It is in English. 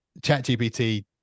ChatGPT